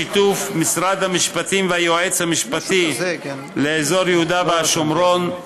בשיתוף משרד המשפטים והיועץ המשפטי לאזור יהודה והשומרון,